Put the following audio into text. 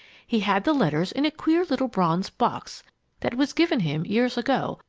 he had the letters in a queer little bronze box that was given him, years ago,